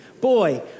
boy